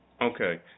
Okay